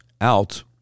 out